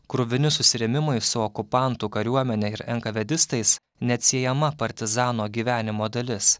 kruvini susirėmimai su okupantų kariuomene ir enkavėdistais neatsiejama partizano gyvenimo dalis